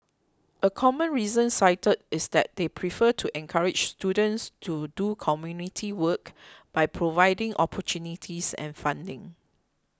a common reason cited is that they prefer to encourage students to do community work by providing opportunities and funding